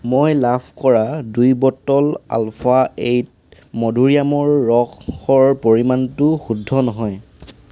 মই লাভ কৰা দুই বটল আলফা এইট মধুৰীআমৰ ৰসৰ পৰিমাণটো শুদ্ধ নহয়